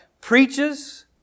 preaches